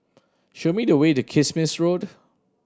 show me the way to Kismis Road